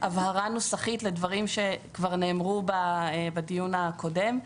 והבהרה נוסחית לדברים שכבר נאמרו בדיון הקודם.